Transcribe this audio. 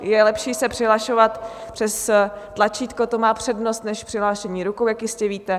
Je lepší se přihlašovat přes tlačítko, to má přednost, než přihlášení rukou, jak jistě víte.